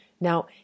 Now